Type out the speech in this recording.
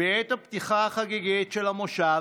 בעת הפתיחה החגיגית של המושב,